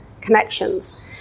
connections